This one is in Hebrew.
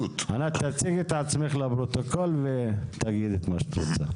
תציגי את עצמך לפרוטוקול ותאמרי מה שאת רוצה.